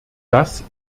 das